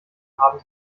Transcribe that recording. haben